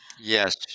Yes